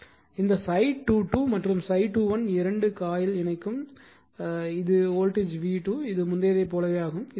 இந்த ∅22மற்றும் ∅21இரண்டும் காயில் இணைக்கும் இது வோல்டேஜ் v2 இது முந்தையதை போலவே ஆகும்